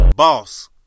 Boss